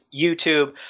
YouTube